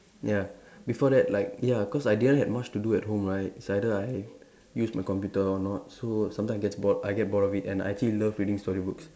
ya before that like ya cause I didn't had much to do at home right it's either I use my computer or not so sometimes it gets bored I get bored of it and I actually love reading story books